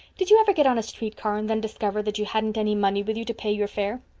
did you ever get on a street car and then discover that you hadn't any money with you to pay your fare?